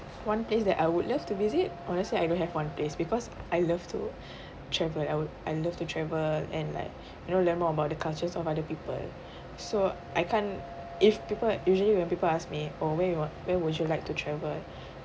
one place that I would love to visit honestly I don't have one place because I love to travel I would I love to travel and like you know learn more about the cultures of other people so I can't if people usually when people ask me oh where you want where would you like to travel